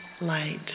light